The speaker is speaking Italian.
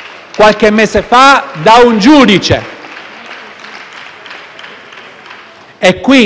alla Presidenza del Consiglio dei